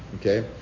Okay